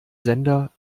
sender